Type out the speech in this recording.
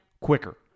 quicker